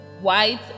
white